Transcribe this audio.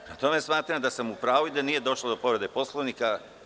Prema tome, smatram da sam u pravu i da nije došlo do povrede Poslovnika.